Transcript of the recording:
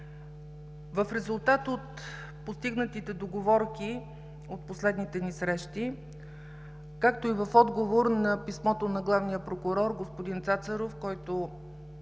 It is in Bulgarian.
В резултат от постигнатите договорки от последните ни срещи, както и в отговор на писмото на главния прокурор господин Цацаров, който